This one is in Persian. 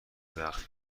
وقت